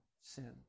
sin